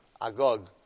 Agog